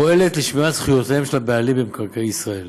פועלת לשמירת זכויותיהם של הבעלים במקרקעי ישראל,